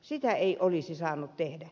sitä ei olisi saanut tehdä